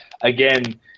again